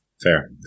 Fair